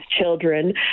children